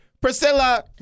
Priscilla